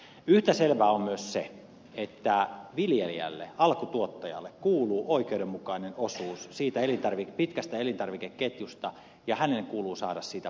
yhtä selvää on myös se että viljelijälle alkutuottajalle kuuluu oikeudenmukainen osuus siitä pitkästä elintarvikeketjusta ja hänen kuuluu saada siitä palkkansa